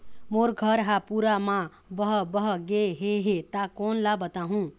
मोर घर हा पूरा मा बह बह गे हे हे ता कोन ला बताहुं?